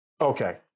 Okay